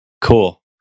Cool